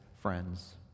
friends